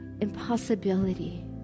impossibility